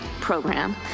program